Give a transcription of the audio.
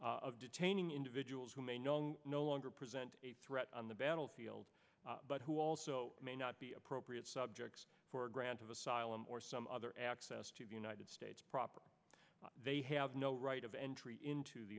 of detaining individuals who may know no longer present a threat on the battlefield but who also may not be appropriate subjects for a grant of asylum or some other access to the united states property they have no right of entry into the